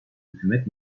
hükümet